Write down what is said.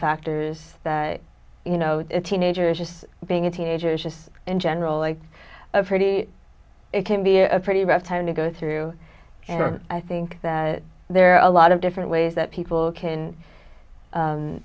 factors that you know it teenagers just being a teenager is just in general like a pretty it can be a pretty rough time to go through and i think that there are a lot of different ways that people can